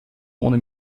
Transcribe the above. ohne